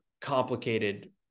complicated